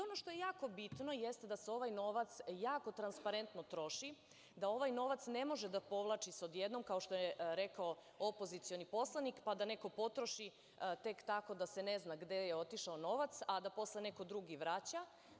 Ono što je jako bitno, jeste da se ovaj novac jako transparentno troši, da ovaj novac ne može da povlači se odjednom, kao što je rekao opozicioni poslanik, pa da neko potroši tek tako da se ne zna gde je otišao novac, a da posle neko drugi vraća.